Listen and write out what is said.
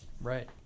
Right